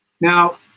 Now